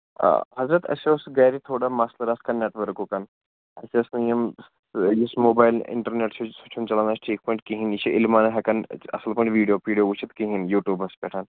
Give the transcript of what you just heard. آ حَضرت اَسہِ اوس گرِ تھوڑا مَسلہٕ رَژھ کھںٛڈ نیٹ ؤرکُکَن اَسہِ ٲسۍ نہٕ یِم یُس موبایِل اِنٹرنیٹ چھُ سُہ چھُنہٕ اَسہِ چَلاان ٹھیٖک پٲٹھۍ کِہیٖںٛۍ یہِ چھُ عِلمَن ہٮ۪کَن اَصٕل پٲٹھۍ ویٖڈیو پیٖڈیو وُچھِتھ کِہیٖنٛۍ یوٗٹیٛوٗبَس پٮ۪ٹھ